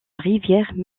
rivière